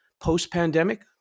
post-pandemic